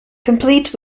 complete